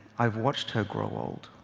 i've watched her grow old.